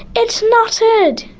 it's knotted!